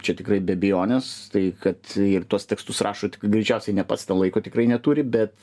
čia tikrai be abejonės tai kad ir tuos tekstus rašot tik greičiausiai ne pats laiko tikrai neturi bet